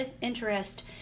interest